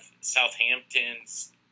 Southampton's